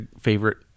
favorite